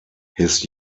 his